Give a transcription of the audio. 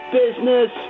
business